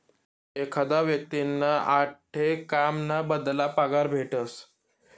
एखादा व्यक्तींना आठे काम ना बदला पगार भेटस